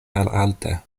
malalte